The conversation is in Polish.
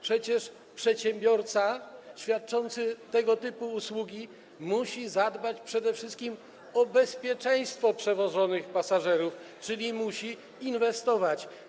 Przecież przedsiębiorca świadczący tego typu usługi musi zadbać przede wszystkim o bezpieczeństwo przewożonych pasażerów, czyli musi inwestować.